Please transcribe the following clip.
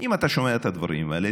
אם אתה שומע את הדברים האלה,